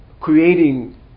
creating